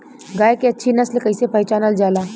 गाय के अच्छी नस्ल कइसे पहचानल जाला?